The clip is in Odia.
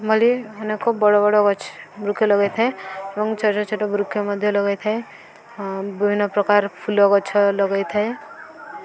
ମଲି ଅନେକ ବଡ଼ ବଡ଼ ଗଛ ବୃକ୍ଷ ଲଗେଇଥାଏ ଏବଂ ଛୋଟ ଛୋଟ ବୃକ୍ଷ ମଧ୍ୟ ଲଗେଇଥାଏ ବିଭିନ୍ନ ପ୍ରକାର ଫୁଲ ଗଛ ଲଗେଇଥାଏ